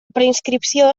preinscripció